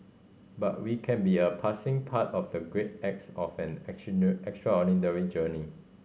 but we can be a passing part of the great acts of an extraordinary journey